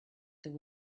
there